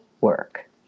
work